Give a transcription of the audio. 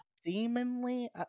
seemingly